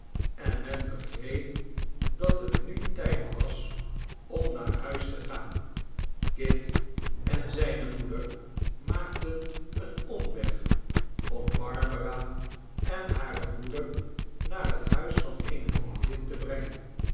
en men begreep dat het nu tijd was om naar huis te gaan kit en zijne moeder maakten een omweg om barbara en hare moeder naar het huis van eene vriendin te brengen